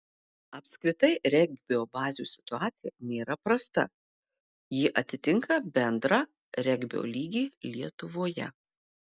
apskritai regbio bazių situacija nėra prasta ji atitinka bendrą regbio lygį lietuvoje